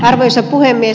arvoisa puhemies